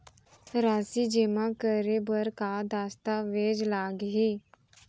राशि जेमा करे बर का दस्तावेज लागही?